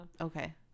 Okay